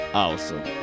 awesome